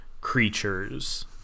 creatures